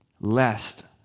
lest